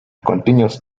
continues